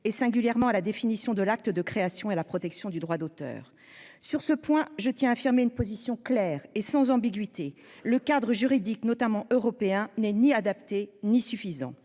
singulièrement à la définition de l'acte de création et à la protection du droit d'auteur. Sur ce point, je tiens à affirmer une position claire et sans ambiguïté : le cadre juridique, notamment européen, n'est ni adapté ni suffisant.